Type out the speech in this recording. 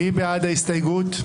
מי בעד ההסתייגות?